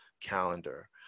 calendar